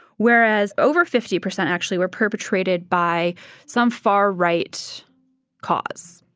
whereas over fifty percent actually were perpetrated by some far-right cause.